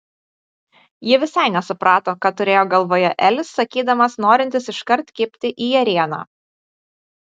ji visai nesuprato ką turėjo galvoje elis sakydamas norintis iškart kibti į ėrieną